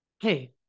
Hey